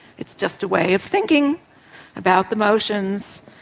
it's just a way of thinking about the motions.